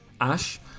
Ash